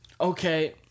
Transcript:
okay